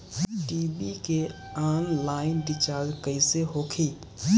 TV के online recharge कैसे होखी?